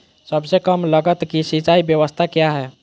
सबसे कम लगत की सिंचाई ब्यास्ता क्या है?